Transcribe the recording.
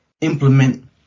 Implement